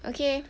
okay